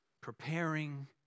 preparing